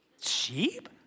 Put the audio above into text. sheep